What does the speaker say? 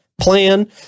plan